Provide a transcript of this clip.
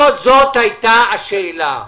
לא זאת הייתה השאלה.